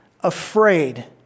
afraid